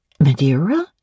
madeira